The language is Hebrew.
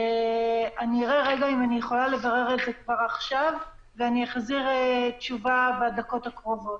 אראה אם אוכל לברר את זה כבר עכשיו ואחזיר תשובה בדקות הקרובות.